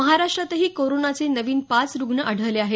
महाराष्ट्रातही कोरोनाचे नवीन पाच रुग्ण आढळले आहेत